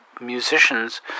musicians